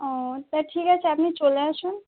ও তা ঠিক আছে আপনি চলে আসুন